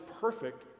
perfect